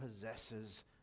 possesses